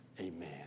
Amen